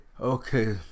okay